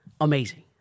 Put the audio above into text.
Amazing